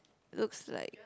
looks like